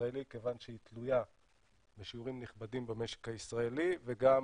הישראלי כיוון שהיא תלויה בשיעורים נכבדים במשק הישראלי וגם